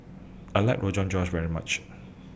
I like Rogan Josh very much